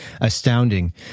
astounding